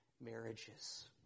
marriages